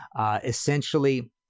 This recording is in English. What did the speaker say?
Essentially